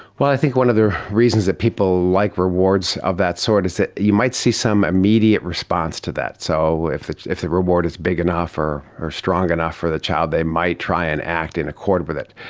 well, i think one of the reasons that people like rewards of that sort is that you might see some immediate response to that. so if the if the reward is big enough or or strong enough for the child they might try and act in accord with it.